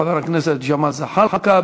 חבר הכנסת ג'מאל זחאלקה,